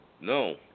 No